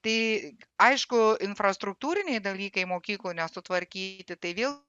tai aišku infrastruktūriniai dalykai mokyklų nesutvarkyti tai vėl